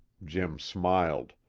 jim smiled.